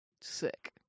sick